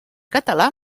català